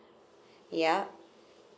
yeah